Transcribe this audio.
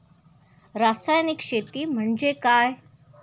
रासायनिक शेती म्हणजे काय?